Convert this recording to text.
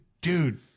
Dude